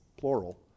plural